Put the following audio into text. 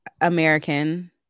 American